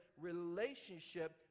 relationship